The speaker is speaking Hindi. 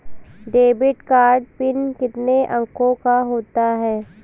डेबिट कार्ड पिन कितने अंकों का होता है?